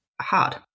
hard